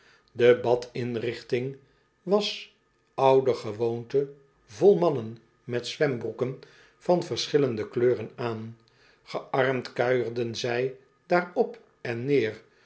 de bad inrichting was oudergewoonte vol mannen met zwembroeken van verschillende kleuren aan gearmd kuierden zij daar op en neer